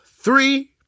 three